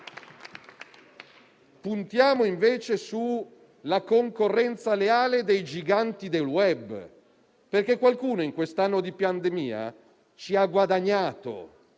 Puntiamo piuttosto sulla concorrenza leale dei giganti del *web*, perché qualcuno in quest'anno di pandemia ci ha guadagnato